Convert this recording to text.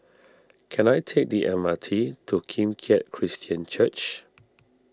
can I take the M R T to Kim Keat Christian Church